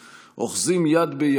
1013,